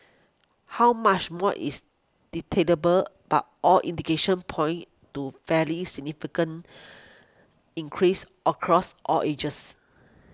how much more is debatable but all indications point to fairly significant increases across all ages